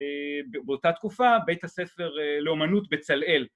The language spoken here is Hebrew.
‫באותה תקופה, ‫בית הספר לאומנות בצלאל.